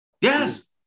Yes